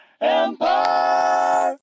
Empire